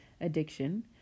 addiction